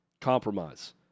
compromise